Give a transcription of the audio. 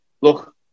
look